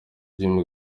jim